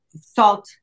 salt